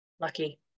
lucky